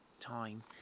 time